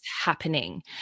happening